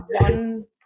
one